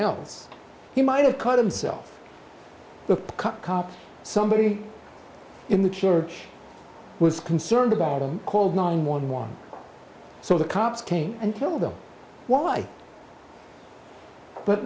else he might have cut himself the cut copy somebody in the church was concerned about him called nine one one so the cops came and told them why but